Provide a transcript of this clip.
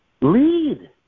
Lead